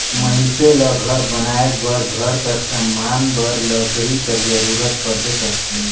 मइनसे ल घर बनाए बर, घर कर समान बर लकरी कर जरूरत परबे करथे